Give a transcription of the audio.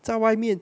在外面